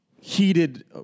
heated